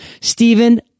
Stephen